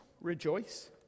rejoice